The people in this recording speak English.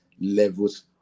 levels